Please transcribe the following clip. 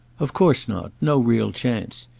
of course not no real chance.